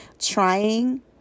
trying